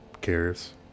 cares